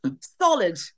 Solid